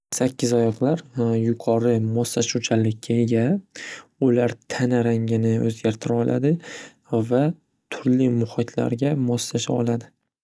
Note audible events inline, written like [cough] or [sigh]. Sakkizoyoqlar [hesitation] yuqori moslashuvchanlikka ega. Ular tana rangini o‘zgartira oladi va turli muhitlarga moslasha oladi.